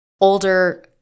older